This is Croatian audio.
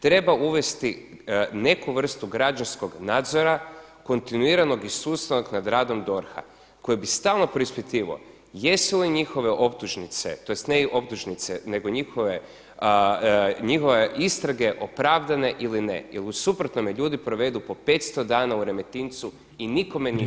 Treba uvesti neku vrstu građanskog nadzora, kontinuiranog i sustavnog nad radom DORH koji bi stalno preispitivao jesu li njihove optužnice, tj. ne optužnice nego njihove istrage opravdane ili ne jer u suprotnome ljudi provedu po 500 dana u Remetincu i nikome